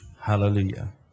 Hallelujah